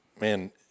man